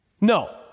No